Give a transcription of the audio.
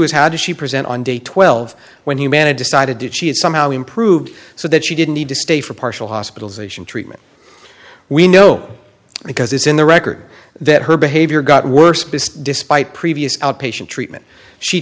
is how did she present on day twelve when humana decided that she had somehow improved so that she didn't need to stay for partial hospitalization treatment we know because it's in the record that her behavior got worse despite previous outpatient treatment she